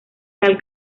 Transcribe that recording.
tal